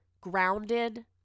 grounded